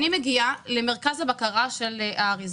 אני מגיעה למרכז הבקרה של האריזה.